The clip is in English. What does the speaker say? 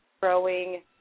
growing